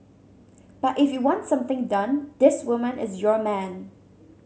but if you want something done this woman is your man